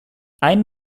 einen